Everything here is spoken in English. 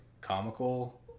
comical